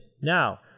now